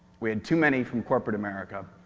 we had too many from corporate america,